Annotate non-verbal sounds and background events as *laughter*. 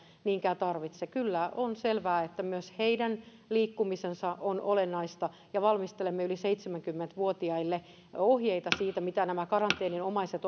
niinkään tarvitse kyllä on selvää että myös heidän liikkumisensa on olennaista ja valmistelemme yli seitsemänkymmentä vuotiaille ohjeita siitä mitä nämä karanteeninomaiset *unintelligible*